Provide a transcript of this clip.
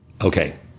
Okay